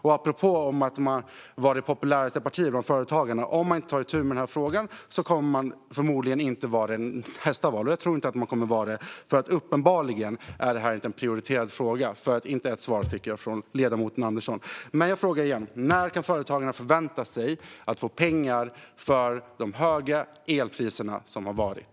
Och apropå att vara det populäraste partiet bland företagarna: Om man inte tar itu med den här frågan kommer man förmodligen inte att vara det i nästa val. Jag tror inte att man kommer att vara det, för uppenbarligen är detta inte en prioriterad fråga. Inte ett svar fick jag från ledamoten Andersson. Men jag frågar igen: När kan företagarna förvänta sig att få pengar för de höga elpriser som har varit?